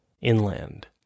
inland